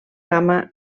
gamma